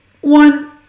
One